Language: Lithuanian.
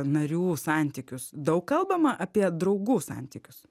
narių santykius daug kalbama apie draugų santykius